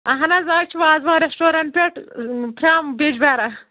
اَہَن حظ أسۍ چھِ وازوان ریسٹورَنٛٹ پٮ۪ٹھ فرٛام بِجبارا